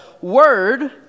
Word